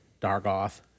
Dargoth